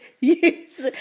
yes